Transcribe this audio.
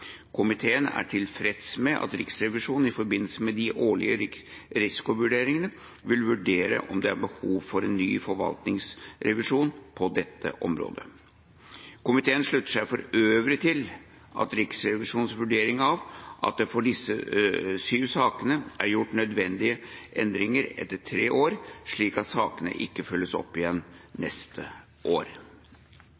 Komiteen er tilfreds med at Riksrevisjonen i forbindelse med de årlige risikovurderingene vil vurdere om det er behov for en ny forvaltningsrevisjon på dette området. Komiteen slutter seg for øvrig til Riksrevisjonens vurdering av at det for disse syv sakene, som er avsluttet, er gjort nødvendige endringer etter tre år, slik at sakene ikke følges opp igjen